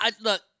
look